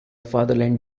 fatherland